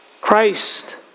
Christ